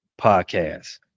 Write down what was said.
Podcast